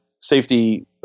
safety